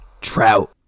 Trout